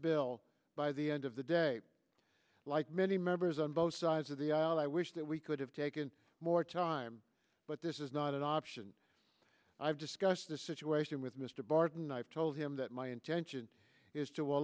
bill by the end of the day like many members on both sides of the aisle i wish that we could have taken more time but this is not an option i've discussed this situation with miss barton i have told him that my intention is to a